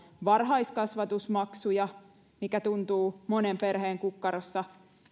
varhaiskasvatusmaksuja mikä tuntuu monen perheen kukkarossa